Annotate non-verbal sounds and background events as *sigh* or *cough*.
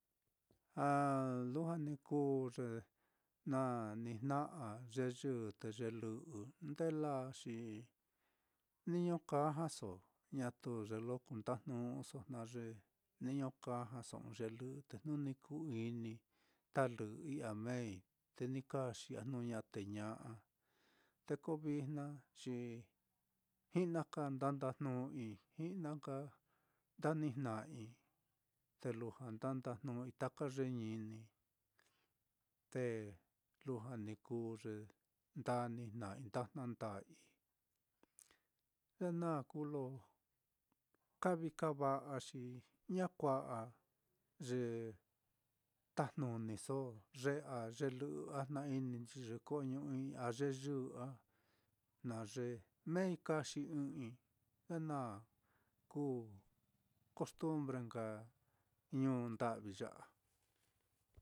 *hesitation* lujua ni kuu ye naá na nijna'a ye yɨ te ye lɨ'ɨ nde laa xi niño kajaso ñatu ye lo kuu ndajnu'uso, jna ye niño kajaso ɨ́ɨ́n ye lɨ'ɨ te jnu ni ku-inii, talɨ'ɨi a meei te ni kaxii a jnu ña'a te ña'a, te ko vijna xi ji'naka nda ndajnu'ui, ji'naka nda ni'jna'ai, te lujua nda ndajnu'ui taka ye ñini, te lujua ni kuu ye nda nijna'ai nda jnanda'ai, ye naá kuu lo ka vií kava'a xi ña kua'aye tajnuniso, ye a ye lɨ'ɨ á jna-ininchi ye koo ñu i'ii a ye yɨ á jna ye meei kaxi ɨ́ɨ́n ɨ́ɨ́n-i, ye naá kuu kostombre nka ñuu nda'vi ya á.